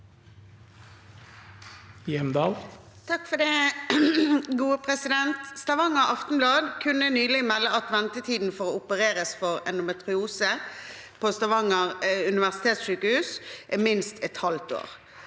(FrP) «Stavanger Aften- blad kunne nylig melde at ventetiden for å opereres for endometriose på Stavanger universitetssykehus er minst et halvt år.